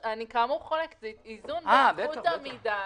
בטח.